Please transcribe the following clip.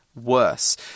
worse